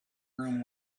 room